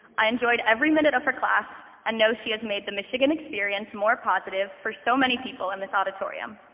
i enjoyed every minute of her class, and know she has made the michigan experience more positive for so many people in this auditorium.